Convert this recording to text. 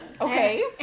Okay